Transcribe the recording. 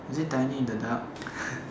is it dining in the dark